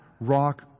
rock